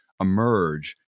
emerge